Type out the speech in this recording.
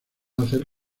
hacer